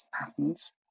Patterns